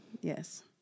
Yes